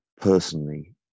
personally